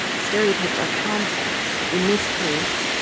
stereotypes are concepts. in this case,